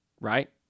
right